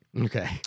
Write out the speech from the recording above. Okay